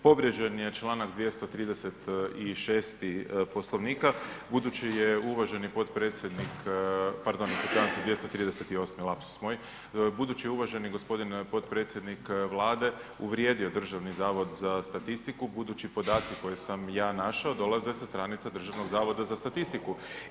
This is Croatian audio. Povrijeđen je čl. 236. poslovnika, budući je uvaženi potpredsjednik, pardon ispričavam se 238. lapsus moj, budući da je uvaženi gospodin potpredsjednik Vlade, uvrijedio Državni zavod za statistiku, budući podaci koje sam ja našao dolaze sa stranice Državnog zavoda za statistiku.